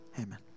Amen